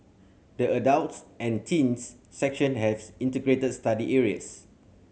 the adults and teens section have integrated study areas